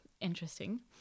interesting